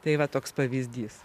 tai va toks pavyzdys